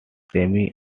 semi